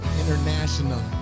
international